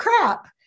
crap